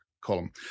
column